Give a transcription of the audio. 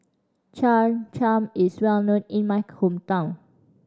Cham Cham is well known in my hometown